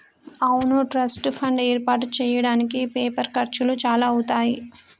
అవును trust fund ఏర్పాటు చేయడానికి పేపర్ ఖర్చులు చాలా అవుతాయి